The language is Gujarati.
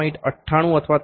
98 અથવા 3